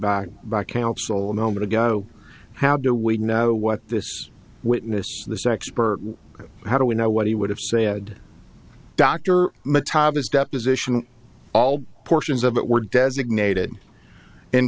ago how do we know what this witness this expert how do we know what he would have said dr metabolise deposition all portions of it were designated in